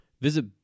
Visit